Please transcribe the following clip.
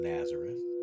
Nazareth